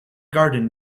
garden